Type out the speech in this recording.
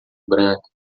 branca